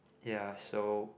ya so